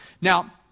Now